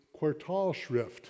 Quartalschrift